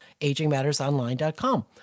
agingmattersonline.com